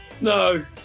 No